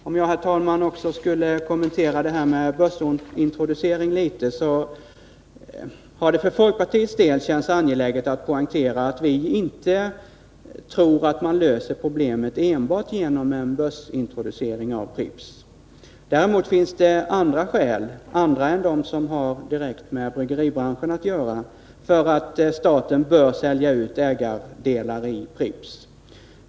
Jag skall, herr talman, också litet kommentera börsintroduceringen. För folkpartiets del har det känts angeläget att poängtera att vi inte tror att man löser problemen genom enbart en börsintroducering av Pripps. Däremot finns det andra skäl än dem som direkt har med bryggeribranschen att göra som talar för att staten bör sälja ut ägardelar i Pripps.